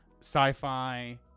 sci-fi